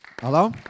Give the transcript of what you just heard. Hello